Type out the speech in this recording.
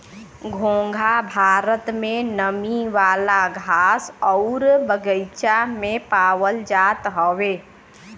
घोंघा भारत में नमी वाला घास आउर बगीचा में पावल जात हउवे